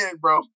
bro